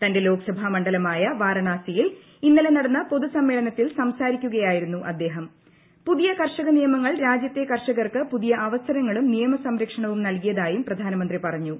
തന്റെ ലോക്സഭാ മണ്ഡലമായ വാരാണ്സിിയിൽ ഇന്നലെ നടന്ന പൊതുസമ്മേളനത്തിൽ പുതിയ കർഷക നിയമങ്ങൾ രാജ്യത്തെ കർഷകർക്ക് പുതിയ അവസരങ്ങളും നിയമ സംരക്ഷണവും നൽകിയതായും പ്രധാനമന്ത്രി പറഞ്ഞു